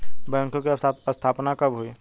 बैंकों की स्थापना कब हुई?